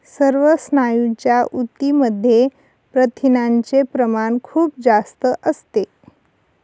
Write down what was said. सर्व स्नायूंच्या ऊतींमध्ये प्रथिनांचे प्रमाण खूप जास्त असते